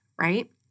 right